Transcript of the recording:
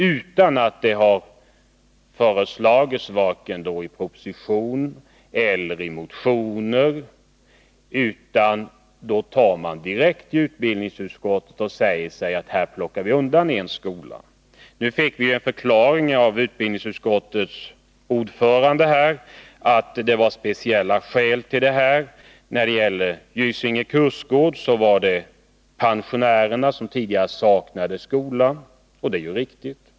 Utan att det har föreslagits, varken i propositionen eller i motioner, säger utbildningsutskottet sig vilja plocka undan en skola. Nu fick vi ju som förklaring av utbildningsutskottets ordförande att det finns vissa skäl till detta. När det gäller Gysinge kursgård saknade Pensionärernas riksförbund tidigare skola. Det är ju riktigt.